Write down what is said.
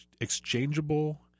exchangeable